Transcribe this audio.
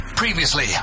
Previously